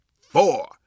four